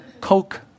coke